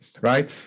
right